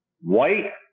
white